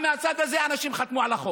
תודה רבה.